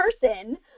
person